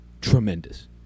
Tremendous